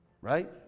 Right